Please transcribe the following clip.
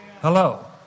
Hello